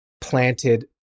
planted